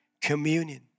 communion